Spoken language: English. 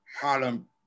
Harlem